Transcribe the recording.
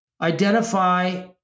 Identify